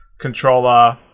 controller